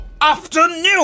afternoon